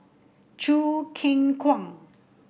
Choo Keng Kwang